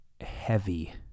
heavy